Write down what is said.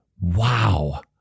Wow